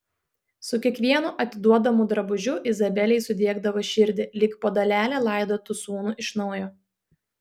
su kiekvienu atiduodamu drabužiu izabelei sudiegdavo širdį lyg po dalelę laidotų sūnų iš naujo